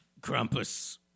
Krampus